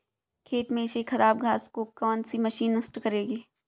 खेत में से खराब घास को कौन सी मशीन नष्ट करेगी?